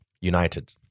United